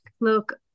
look